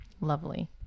Lovely